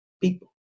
people